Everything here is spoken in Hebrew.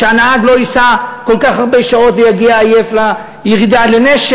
שהנהג לא ייסע כל כך הרבה שעות ויגיע עייף לירידה לנשר